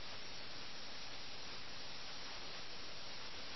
എന്നാൽ അവർ ശത്രുവിനോട് യുദ്ധം ചെയ്യുന്നതുപോലെ പരസ്പരം പോരടിക്കുന്നു